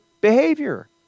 behavior